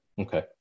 Okay